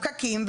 פקקים,